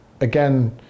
again